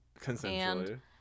Consensually